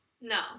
No